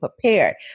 prepared